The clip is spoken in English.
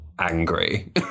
angry